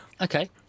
Okay